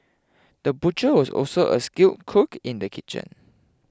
the butcher was also a skilled cook in the kitchen